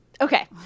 Okay